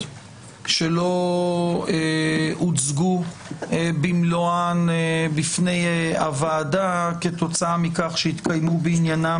שלא הוצגו במלואן בפני הוועדה כתוצאה מכך שהתקיימו בעניינן